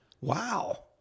Wow